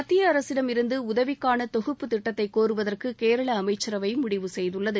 மத்திய அரசிடம் இருந்து உதவிக்கான தொகுப்புத் திட்டத்தை கோருவதற்கு கேரளா அமைச்சரவை முடிவு செய்துள்ளது